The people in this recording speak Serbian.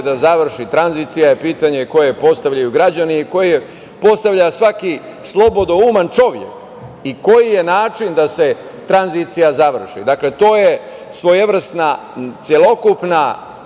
se završi tranzicija je pitanje koje postavljaju građani i koje postavlja svaki slobodouman čovek i koji je način da se tranzicija završi. Dakle, to je svojevrsna celokupna